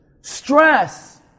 stress